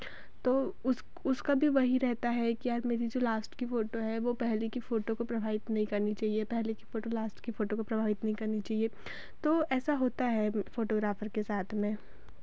तो उस उसका भी वही रहता है कि यार मेरी जो लास्ट की फ़ोटो है वह पहली की फोटो को प्रवाहित नहीं करनी चाहिए पहले की फ़ोटो लास्ट की फ़ोटो को प्रभावित नहीं करनी चाहिए तो ऐसा होता है फ़ोटोग्राफ़र के साथ में